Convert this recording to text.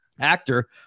actor